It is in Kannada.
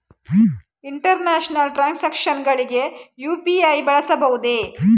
ಇಂಟರ್ನ್ಯಾಷನಲ್ ಟ್ರಾನ್ಸಾಕ್ಷನ್ಸ್ ಗಳಿಗೆ ಯು.ಪಿ.ಐ ಬಳಸಬಹುದೇ?